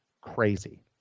crazy